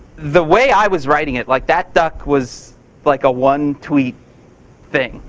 the way i was writing it, like that duck was like a one-tweet thing.